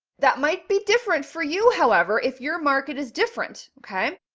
that might be different for you. however, if your market is different, okay,